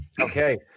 Okay